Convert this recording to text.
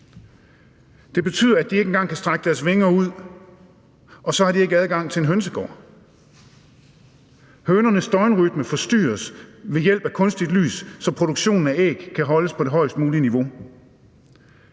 Det betyder, at de ikke engang kan strække deres vinger ud, og så har de ikke adgang til en hønsegård. Hønernes døgnrytme forstyrres ved hjælp af kunstigt lys, så produktionen af æg kan holdes på det højest mulige niveau.